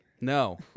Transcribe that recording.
No